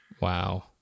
Wow